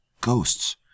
ghosts